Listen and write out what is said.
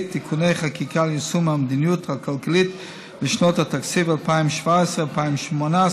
(תיקוני חקיקה ליישום המדיניות הכלכלית לשנות התקציב 2017 ו-2018),